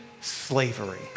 slavery